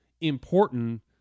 important